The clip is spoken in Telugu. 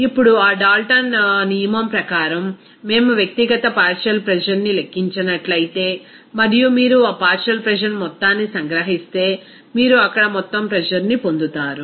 ఇప్పుడు ఆ డాల్టన్ నియమం ప్రకారం మేము వ్యక్తిగత పార్షియల్ ప్రెజర్ ని లెక్కించినట్లయితే మరియు మీరు ఆ పార్షియల్ ప్రెజర్ మొత్తాన్ని సంగ్రహిస్తే మీరు అక్కడ మొత్తం ప్రెజర్ ని పొందుతారు